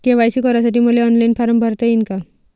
KYC करासाठी मले online form भरता येईन का?